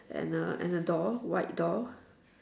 and a and a door white door